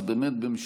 אז באמת במשפט.